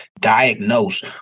diagnose